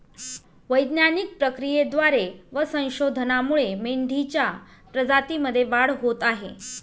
वैज्ञानिक प्रक्रियेद्वारे व संशोधनामुळे मेंढीच्या प्रजातीमध्ये वाढ होत आहे